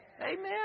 Amen